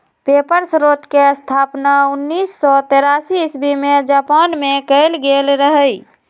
paper स्रोतके स्थापना उनइस सौ तेरासी इस्बी में जापान मे कएल गेल रहइ